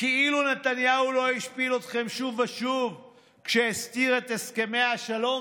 כאילו נתניהו לא השפיל אתכם שוב ושוב כשהסתיר את הסכמי השלום,